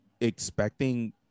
expecting